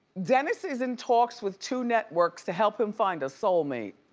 dennis is in talks with two networks to help him find a soulmate.